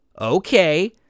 Okay